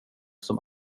som